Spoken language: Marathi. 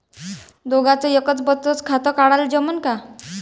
दोघाच एकच बचत खातं काढाले जमनं का?